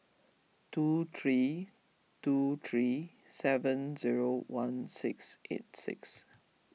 two three two three seven zero one six eight six